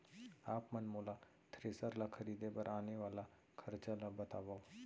आप मन मोला थ्रेसर ल खरीदे बर आने वाला खरचा ल बतावव?